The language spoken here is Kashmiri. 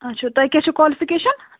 اچھا تُہۍ کیٛاہ چھَو کالفِکیٚشن